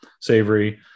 savory